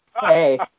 hey